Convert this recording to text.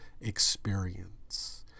experience